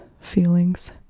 feelings